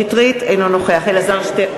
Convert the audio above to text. נגד אלעזר שטרן,